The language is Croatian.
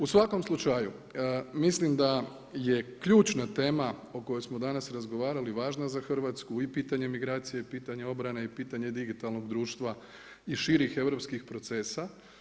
U svakom slučaju mislim da je ključna tema o kojoj smo danas razgovarali važna za Hrvatsku i pitanje migracije i pitanje obrane i pitanje digitalnog društva i širih europskih procesa.